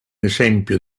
esempio